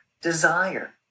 desire